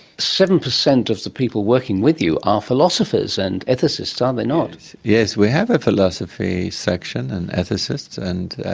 seven percent of the people working with you are philosophers and ethicists, are um they not? yes, we have a philosophy section and ethicists, and